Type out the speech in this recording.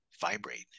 vibrate